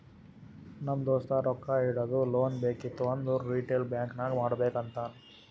ನಮ್ ದೋಸ್ತ ರೊಕ್ಕಾ ಇಡದು, ಲೋನ್ ಬೇಕಿತ್ತು ಅಂದುರ್ ರಿಟೇಲ್ ಬ್ಯಾಂಕ್ ನಾಗೆ ಮಾಡ್ಬೇಕ್ ಅಂತಾನ್